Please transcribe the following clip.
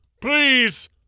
Please